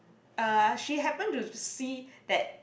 uh she happen to see that